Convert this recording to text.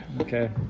Okay